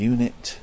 Unit